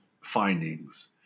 findings